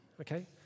okay